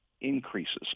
increases